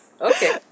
Okay